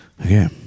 Okay